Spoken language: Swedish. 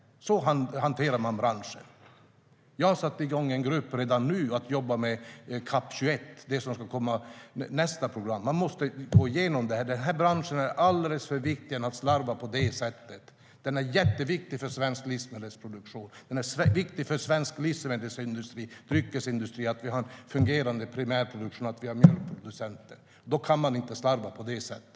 Så hanterar man branschen! Jag har redan nu satt i gång en grupp som ska jobba med CAP 21, alltså det som ska bli nästa program. Man måste gå igenom detta. Den här branschen är alldeles för viktig för att man ska kunna slarva på det sättet. Den är jätteviktig för svensk livsmedelsproduktion. Det är viktigt för svensk livsmedelsindustri och svensk dryckesindustri att vi har en fungerande primärproduktion och att vi har mjölkproducenter. Då kan man inte slarva på det sättet.